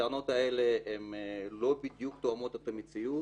הטענות האלה לא בדיוק תואמות את המציאות